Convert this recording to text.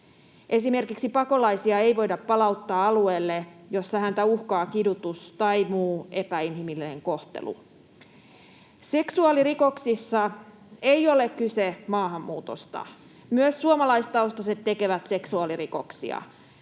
Esimerkiksi pakolaista ei voida palauttaa alueelle, jolla häntä uhkaa kidutus tai muu epäinhimillinen kohtelu. Seksuaalirikoksissa ei ole kyse maahanmuutosta — myös suomalaistaustaiset tekevät seksuaalirikoksia.